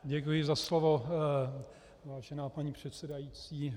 Děkuji za slovo, vážená paní předsedající.